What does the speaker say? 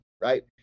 right